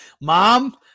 Mom